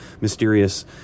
mysterious